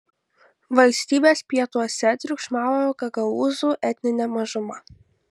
valstybės pietuose triukšmavo gagaūzų etninė mažuma